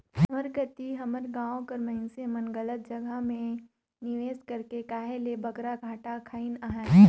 हमर कती हमर गाँव कर मइनसे मन गलत जगहा म निवेस करके कहे ले बगरा घाटा खइन अहें